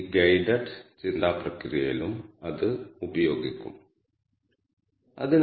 csv ആണ് അതായത് കോമയാൽ വേർതിരിച്ച ഒരു വാല്യൂ ഫയൽ